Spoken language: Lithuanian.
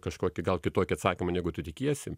kažkokį gal kitokį atsakymą negu tu tikiesi